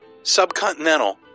Subcontinental